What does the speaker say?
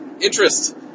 interest